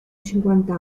cinquanta